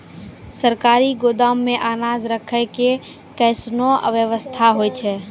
सरकारी गोदाम मे अनाज राखै के कैसनौ वयवस्था होय छै?